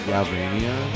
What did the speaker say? Galvania